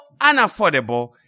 unaffordable